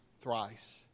thrice